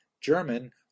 German